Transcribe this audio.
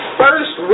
first